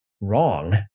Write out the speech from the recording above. Wrong